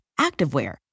activewear